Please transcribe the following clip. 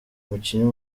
umukinnyi